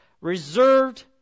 reserved